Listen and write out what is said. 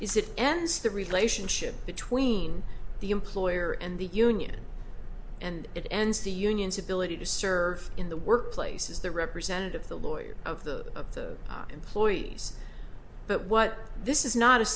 is it ends the relationship between the employer and the union and it ends the unions ability to serve in the workplace is the representative the lawyer of the of the employees but what this is not a